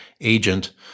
agent